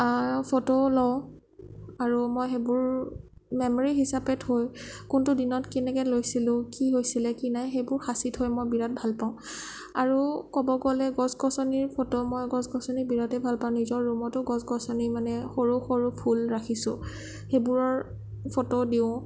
photo লওঁ আৰু মই সেইবোৰ মেম'ৰি হিচাপে থৈ কোনটো দিনত কেনেকে লৈছিলোঁ কি হৈছিলে কি নাই সেইবোৰ সাঁচি থৈ মই বিৰাট ভাল পাওঁ আৰু ক'ব গ'লে গছ গছনিৰ ফটো মই গছ গছনি বিৰাটেই ভাল পাওঁ নিজৰ ৰুমতো গছ গছনি মানে সৰু সৰু ফুল ৰাখিছোঁ সেইবোৰৰ ফটো দিওঁ